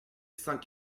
cinq